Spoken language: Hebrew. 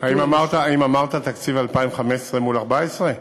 האם אמרת תקציב 2015 מול 2014?